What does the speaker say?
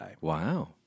Wow